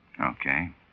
Okay